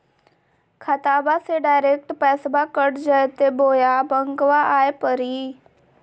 खाताबा से डायरेक्ट पैसबा कट जयते बोया बंकबा आए परी?